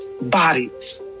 Bodies